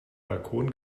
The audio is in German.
balkon